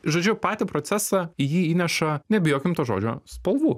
žodžiu patį procesą į jį įneša nebijokim to žodžio spalvų